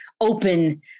open